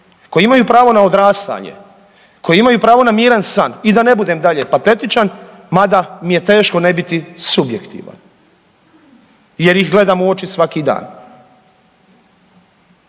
koji imaju pravo na odrastanje, koji imaju pravo na miran san i da ne budem dalje patetičan, mada mi je teško ne biti subjektivan jer ih gledam u oči svaki dan.